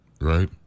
right